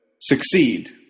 succeed